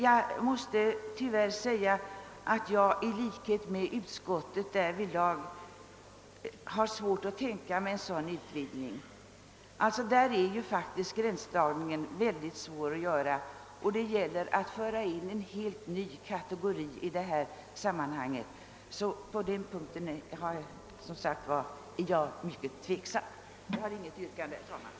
Jag måste tyvärr säga att jag i likhet med utskottet har svårt att tänka mig en sådan utvidgning. Där är ju gränsdragningen mycket svår att göra, och det gäller att föra in en helt ny kategori i detta sammanhang. På den punkten är jag som sagt mycket tveksam. Jag har inget yrkande, herr talman.